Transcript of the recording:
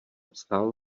vstal